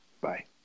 bye